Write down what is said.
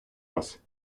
вас